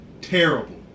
terrible